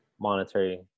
monetary